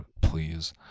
Please